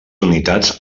unitats